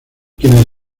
quienes